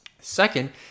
Second